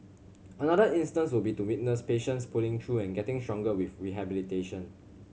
another instance would be to witness patients pulling through and getting stronger with rehabilitation